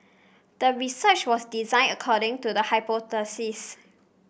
the research was designed according to the hypothesis